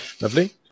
Lovely